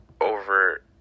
over